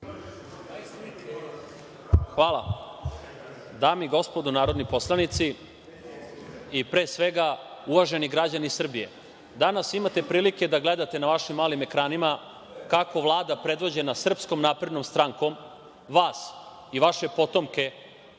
Hvala. Dame i gospodo narodni poslanici, i pre svega uvaženi građani Srbije, danas imate prilike da gledate na vašim malim ekranima kako Vlada predvođena Srpskom naprednom strankom, vas i vaše potomke